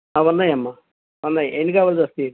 ఉన్నాయమ్మా ఉన్నాయి ఎన్ని కావాల్సొస్తాయి ఏంటి